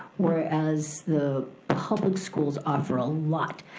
whereas the public schools offer a lot.